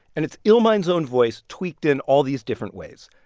and it's illmind's own voice tweaked in all these different ways.